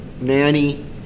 nanny